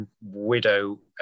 Widow